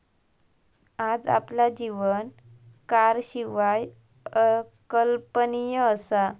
आज आपला जीवन कारशिवाय अकल्पनीय असा